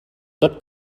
tot